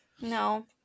No